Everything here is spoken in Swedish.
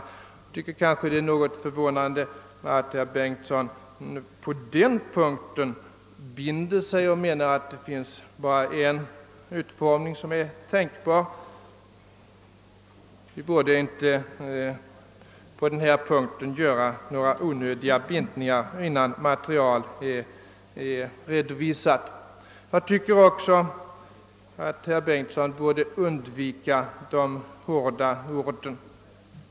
Jag tycker att det är något förvånande att herr Bengtsson på den punkten binder sig och påstår att det bara finns en utformning som är tänkbar. Man borde inte på den punkten binda sig i onödan innan materialet är redovisat. Jag tycker också att herr Bengtsson borde undvika de hårda orden.